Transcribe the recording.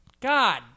God